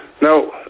Now